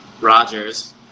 Rogers